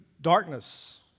darkness